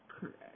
Correct